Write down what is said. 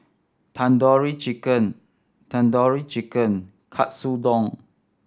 Tandoori Chicken Tandoori Chicken Katsudon